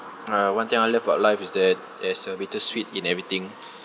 uh one thing I love about life is that there's a bittersweet in everything